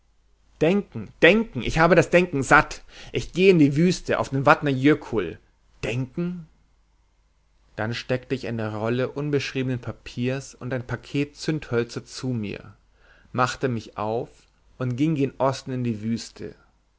denken denken ich habe das denken satt ich gehe in die wüste auf den vatna jökull denken dann steckte ich eine rolle unbeschriebenen papiers und ein paket zündhölzer zu mir machte mich auf und ging gen osten in die wüste